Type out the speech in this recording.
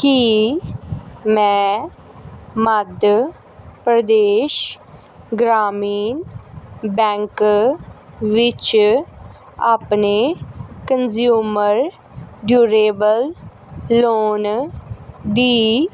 ਕੀ ਮੈਂ ਮੱਧ ਪ੍ਰਦੇਸ਼ ਗ੍ਰਾਮੀਣ ਬੈਂਕ ਵਿੱਚ ਆਪਣੇ ਕੰਜ਼ਿਊਮਰ ਡਿਊਰੇਬਲ ਲੋਨ ਦੀ